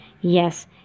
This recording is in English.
yes